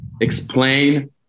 explain